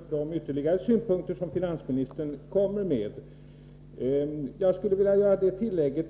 Herr talman! Jag tackar för de ytterligare synpunkter som finansministern kommer med. Jag skulle vilja göra ett tillägg